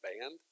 band